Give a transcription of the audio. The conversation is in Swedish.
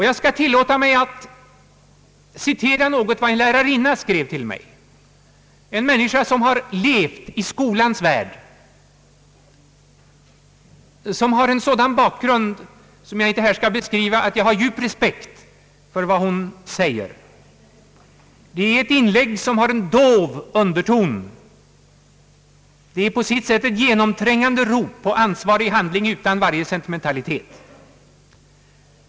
Jag skall tillåta mig att citera något ur vad en lärarinna skrev till mig, en människa som levt i skolans värld, som har en bakgrund, vilken jag inte här skall närmare beskriva, men som gör att jag har djup respekt för vad hon säger. Det är ett inlägg som har en dov underton, på sitt sätt ett genomträngande rop på ansvarig handling utan varje sentimentalitet.